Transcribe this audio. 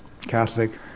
Catholic